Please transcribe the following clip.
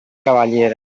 cavaliere